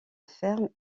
ferme